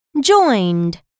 Joined